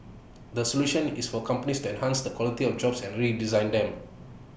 the solution is for companies enhance the quality of jobs and redesign them